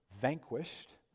vanquished